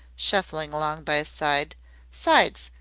shuffling along by his side sides,